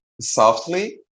softly